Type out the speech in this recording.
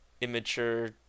immature